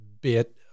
bit